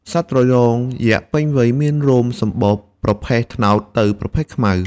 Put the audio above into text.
សត្វត្រយងយក្សពេញវ័យមានរោមសម្បុរ ប្រផេះត្នោតទៅប្រផេះខ្មៅ។